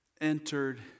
entered